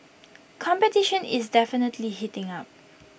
competition is definitely heating up